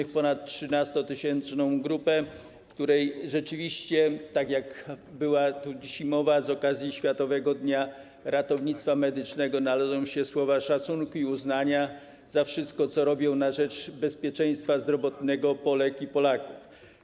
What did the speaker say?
Chodzi o ponad 13-tysięczną grupę, której rzeczywiście, tak jak była tu dzisiaj mowa z okazji światowego Dnia Ratownictwa Medycznego, należą się słowa szacunku i uznania za wszystko, co robią na rzecz bezpieczeństwa zdrowotnego Polek i Polaków.